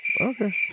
Okay